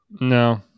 no